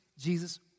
Jesus